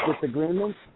disagreements